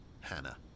Hannah